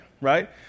right